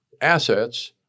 assets